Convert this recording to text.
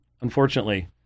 unfortunately